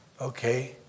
Okay